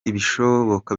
ibishoboka